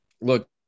look